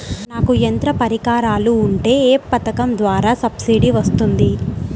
నాకు యంత్ర పరికరాలు ఉంటే ఏ పథకం ద్వారా సబ్సిడీ వస్తుంది?